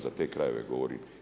Za te krajeve govorim.